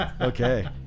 Okay